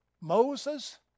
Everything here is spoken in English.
Moses